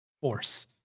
Force